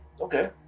Okay